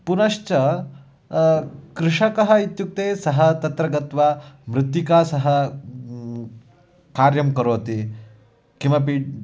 पुनश्च कृषकः इत्युक्ते सः तत्र गत्वा मृत्तिका सह कार्यं करोति किमपि